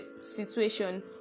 situation